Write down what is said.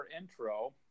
intro